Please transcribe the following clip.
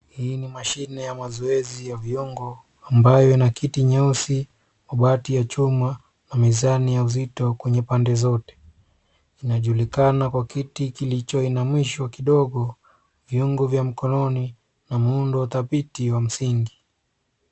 Hii ni mashine ya mazoezi ya viungo, ambayo ina kiti nyeusi, mabati ya chuma, na mizani ya uzito kwenye pande zote, inajulikana kwa kiti kilichoinamishwa kidogo, viundo vya mkononi, na muundo wa dhabiti, wa msingi.